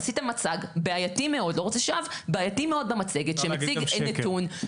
עשית מצג בעייתי מאוד במצגת שמציג נתון --- אפשר להגיד גם שקר.